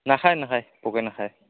নাখায় নাখায় পোকে নাখায়